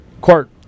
court